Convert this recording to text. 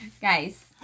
Guys